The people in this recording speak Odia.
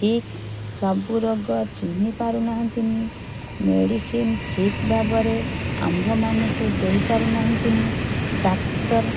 ଠିକ୍ ସବୁ ରୋଗ ଚିହ୍ନି ପାରୁ ନାହାନ୍ତିନି ମେଡ଼ିସିନ୍ ଠିକ୍ ଭାବରେ ଆମ୍ଭ ମାନଙ୍କୁ ଦେଇ ପାରୁ ନାହାନ୍ତିନି ଡାକ୍ତର